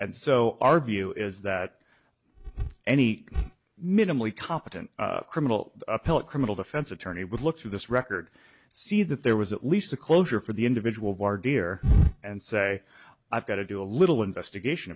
and so our view is that any minimally competent criminal appellate criminal defense attorney would look through this record see that there was at least a closure for the individual voir dear and say i've got to do a little investigation